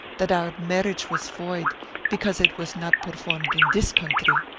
that our marriage was void because it was not performed in this country.